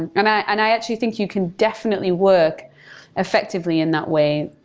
and and i and i actually think you can definitely work effectively in that way.